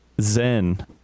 zen